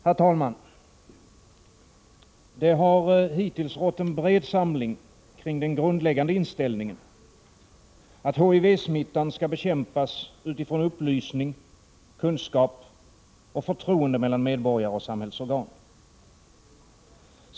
Herr talman! Det har hittills rått en bred samling kring den grundläggande inställningen att HIV-smittan skall bekämpas med upplysning, kunskap och förtroende mellan medborgare och samhällsorgan.